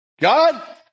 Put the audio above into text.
God